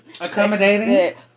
accommodating